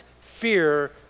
fear